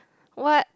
what